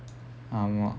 mm ya ஆமா:aamaa